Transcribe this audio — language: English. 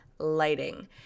Lighting